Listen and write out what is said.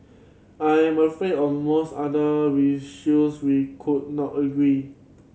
I am afraid on most other we could not agree